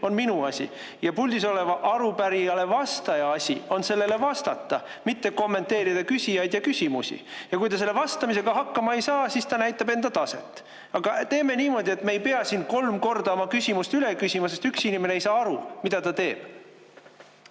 on minu asi, ja puldis oleva arupärijale vastaja asi on sellele vastata, mitte kommenteerida küsijaid ja küsimusi. Ja kui ta vastamisega hakkama ei saa, siis ta näitab enda taset. Aga teeme niimoodi, et me ei pea siin kolm korda oma küsimust üle küsima, sest üks inimene ei saa aru, mida ta teeb.